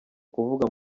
kuvugwa